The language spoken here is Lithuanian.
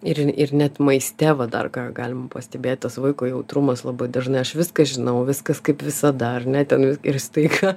ir ir net maiste va dar ką galim pastebėt tas vaiko jautrumas labai dažnai aš viską žinau viskas kaip visada ar ne ten ir staiga